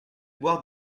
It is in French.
boire